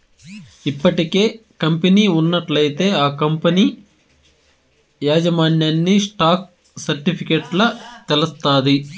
ఇప్పటికే కంపెనీ ఉన్నట్లయితే ఆ కంపనీ యాజమాన్యన్ని స్టాక్ సర్టిఫికెట్ల తెలస్తాది